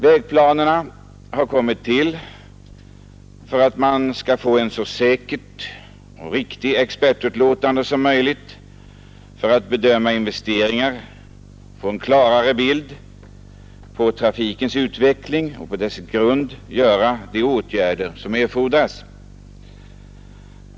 Vägplanerna har kommit till för att man skall få ett så säkert och riktigt expertutlåtande som möjligt för att bedöma investeringar samt få en klarare bild av trafikens utveckling och på dess grund vidta de åtgärder som erfordras.